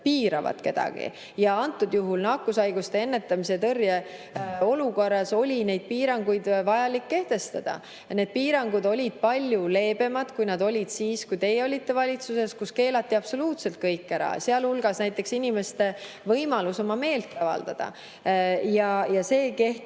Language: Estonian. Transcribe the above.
piiravad kedagi. Aga antud juhul nakkushaiguste ennetamise ja tõrje olukorras oli need piirangud vaja kehtestada. Need piirangud olid palju leebemad, kui nad olid siis, kui teie olite valitsuses ja kui keelati absoluutselt kõik ära, sealhulgas näiteks inimeste võimalus meelt avaldada. See kehtis